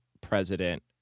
president